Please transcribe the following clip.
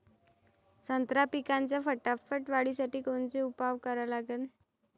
संत्रा पिकाच्या फटाफट वाढीसाठी कोनचे उपाव करा लागन?